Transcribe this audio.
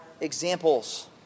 examples